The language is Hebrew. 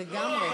לא,